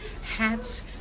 hats